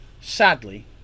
Sadly